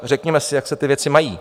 Řekněme si, jak se ty věci mají.